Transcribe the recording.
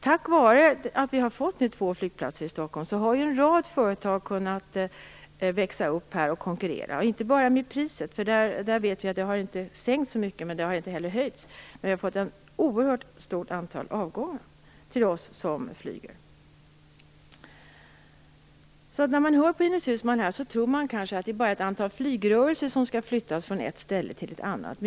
Tack vare att vi nu har två flygplatser i Stockholm har en rad företag kunnat växa upp här och konkurrera. Jag vet att priset inte har sänkts så mycket - det har inte heller höjts - men vi har fått ett oerhört stort antal avgångar. När man hör Ines Uusmann tror man kanske att det bara handlar om ett antal flygrörelser som skall flyttas från ett ställe till ett annat.